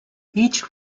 each